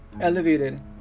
Elevated